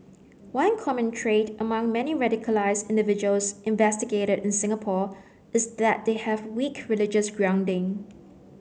one common trait among many radicalised individuals investigated in Singapore is that they have weak religious grounding